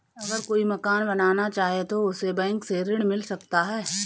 अगर कोई मकान बनाना चाहे तो उसे बैंक से ऋण मिल सकता है?